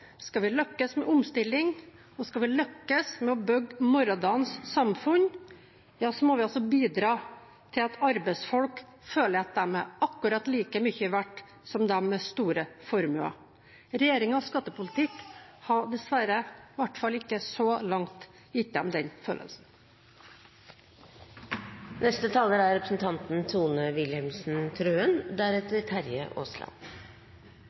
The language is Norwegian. Skal vi lykkes med omstilling, og skal vi lykkes med å bygge morgendagens samfunn, må vi også bidra til at arbeidsfolk føler at de er akkurat like mye verdt som dem med store formuer. Regjeringens skattepolitikk har dessverre i hvert fall ikke så langt gitt dem den følelsen. Det er